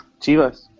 Chivas